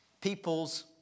people's